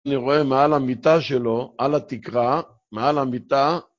אני רואה מעל המיטה שלו, על התקרה, מעל המיטה.